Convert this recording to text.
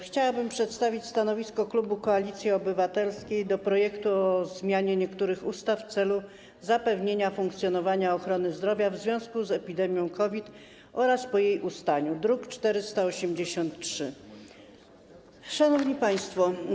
Chciałabym przedstawić stanowisko klubu Koalicji Obywatelskiej dotyczące projektu ustawy o zmianie niektórych ustaw w celu zapewnienia funkcjonowania ochrony zdrowia w związku z epidemią COVID-19 oraz po jej ustaniu, druk nr 483. Szanowni Państwo!